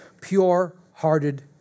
pure-hearted